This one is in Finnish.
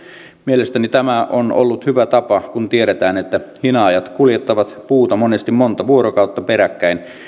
mielestäni tämä on ollut hyvä tapa kun tiedetään että hinaajat kuljettavat puuta monesti monta vuorokautta peräkkäin